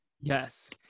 Yes